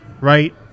right